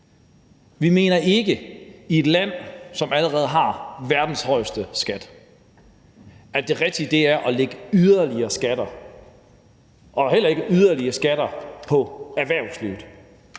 at det rigtige i et land, som allerede har verdens højeste skatteprocent, er yderligere skatter og heller ikke yderligere skatter på erhvervslivet.